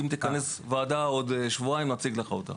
אם תכנס את הוועדה בעוד שבועיים נוכל להציג לך אותה.